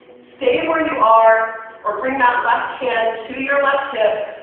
stay where you are or bring that left hand to your left hip